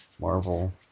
Marvel